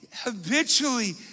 habitually